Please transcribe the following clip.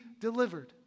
delivered